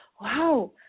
wow